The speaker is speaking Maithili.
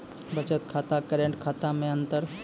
बचत खाता करेंट खाता मे अंतर?